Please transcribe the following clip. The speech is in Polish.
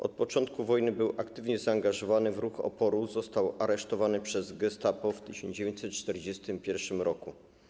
Od początku wojny był aktywnie zaangażowany w ruch oporu, został aresztowany przez Gestapo w 1941 r.